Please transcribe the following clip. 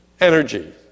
energy